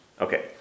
Okay